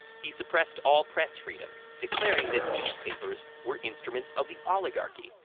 he suppressed all press freedom, declaring that newspapers were instruments of the oligarchy.